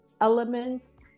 elements